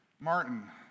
Martin